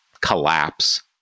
collapse